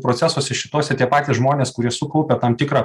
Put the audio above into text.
procesuose šitose tie patys žmonės kurie sukaupę tam tikrą